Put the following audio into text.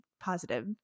positive